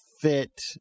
fit